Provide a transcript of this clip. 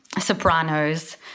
Sopranos